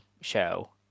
show